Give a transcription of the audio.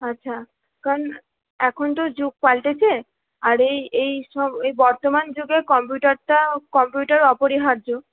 আচ্ছা কারণ এখন তো যুগ পালটেছে আর এই এই সব এই বর্তমান যুগে কম্পিউটারটা কম্পিউটার অপরিহার্য